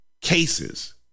cases